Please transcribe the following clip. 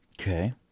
Okay